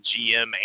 GM